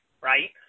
right